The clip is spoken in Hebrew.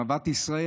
נאוות ישראל.